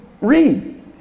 read